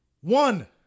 One